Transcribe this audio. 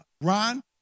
Ron